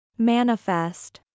manifest